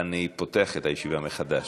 פתחת את הישיבה מחדש.